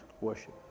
worship